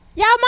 Y'all